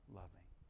loving